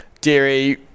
Deary